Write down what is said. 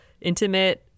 intimate